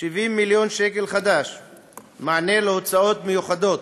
70 מיליון ש"ח מענה להוצאות מיוחדות